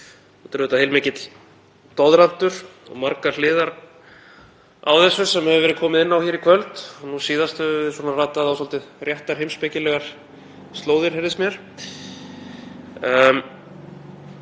Þetta er auðvitað heilmikill doðrantur og margar hliðar á þessu sem hefur verið komið inn á hér í kvöld og nú síðast ratað á svolítið réttar heimspekilegar slóðir, heyrðist mér.